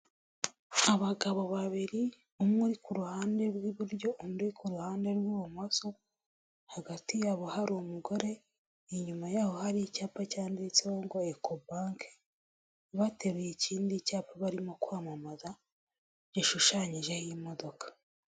Abagabo babiri umwe ku ruhande rw'iburyo, undi ku ruhande rw'ibumoso hagati yabo hari umugore, inyuma yabo hari icyapa cyanditseho ngo ekobanke, bateruye ikindi cyapa barimo kwamamaza gishushanyijeho imodoka.